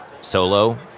solo